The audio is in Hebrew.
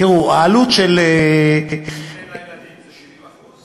תראו, העלות של, אם אין לה ילדים זה 70%?